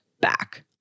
back